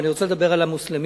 ואני רוצה לדבר על המוסלמים,